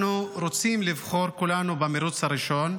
אנחנו רוצים לבחור כולנו במרוץ הראשון,